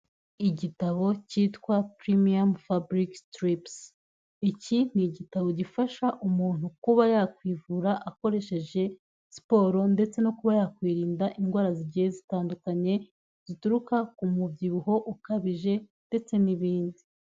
Igitabo cyitwa premium fabrics trips iki ni igitabo gifasha umuntu kuba yakwivura akoresheje siporo ndetse no kuba yakwirinda indwara zigiye zitandukanye, zituruka ku mubyibuho ukabije ndetse n'ibindi.